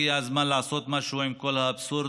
הגיע הזמן לעשות משהו עם כל האבסורד